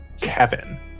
Kevin